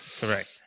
Correct